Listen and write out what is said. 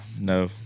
no